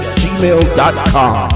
gmail.com